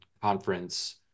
conference